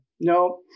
no